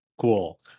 Cool